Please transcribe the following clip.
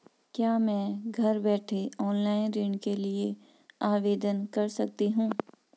क्या मैं घर बैठे ऑनलाइन ऋण के लिए आवेदन कर सकती हूँ?